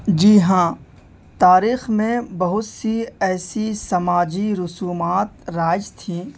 جی ہاں تاریخ میں بہت سی ایسی سماجی رسومات رائج تھیں